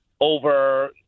over